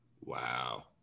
Wow